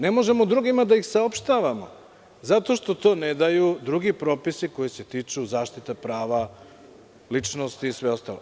Ne možemo drugima da ih saopštavamo, zato što to ne daju drugi propisi koji se tiču zaštite prava, ličnost i sve ostalo.